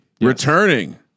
Returning